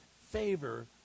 favor